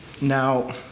Now